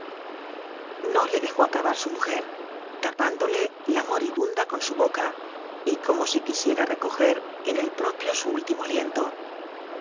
no le dejó acabar su mujer tapándole la moribunda con su boca y como si quisiera recojer en el propio su último aliento